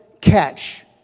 catch